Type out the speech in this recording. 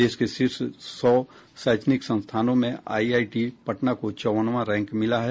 देश के शीर्ष सौ शैक्षणिक संस्थानों में आईआईटी पटना को चौबनवां रैंक मिला है